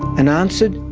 and answered,